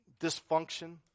dysfunction